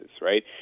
right